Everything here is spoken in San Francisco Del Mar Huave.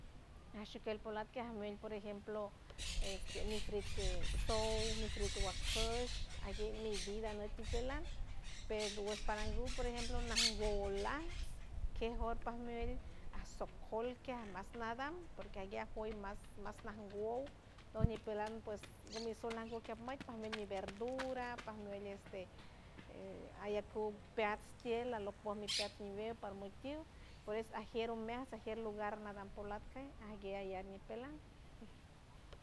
Ashokei polac que amel por ejemplo este mi frit es sou mi frit tu guacosh aguey mi vida anok ti peland peru gush parangu or ejemplo nanwolast quejor palmert asocolque a mas nadam porque aguea a cuesh mas mas nanwow noñipeland pues gumi sol nagu que amiayt parme mi verdura pamielt este e ayek cu peats tield arlok por mi peats ñiweu parmotiuw por es ajiero meas ajier lugar nadan polac que agüer ayer nipeland um.